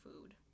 food